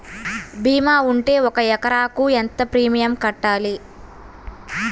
భీమా ఉంటే ఒక ఎకరాకు ఎంత ప్రీమియం కట్టాలి?